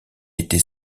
était